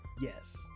Yes